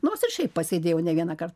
nors ir šiaip pasėdėjo ne vienąkart